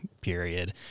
period